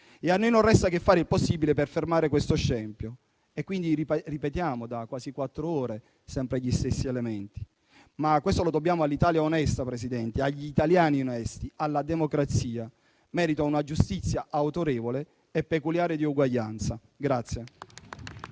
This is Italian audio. e a noi non resta che fare il possibile per fermare questo scempio, perciò ripetiamo da quasi quattro ore sempre gli stessi elementi, ma questo lo dobbiamo all'Italia onesta, signor Presidente, agli italiani onesti e alla democrazia, che meritano una giustizia autorevole e peculiare dell'uguaglianza.